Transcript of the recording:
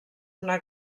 una